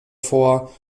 vor